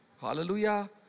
Hallelujah